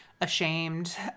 ashamed